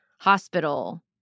hospital